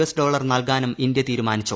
S dollar നൽകാനും India തീരുമാനിച്ചു